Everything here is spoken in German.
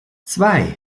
zwei